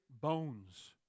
bones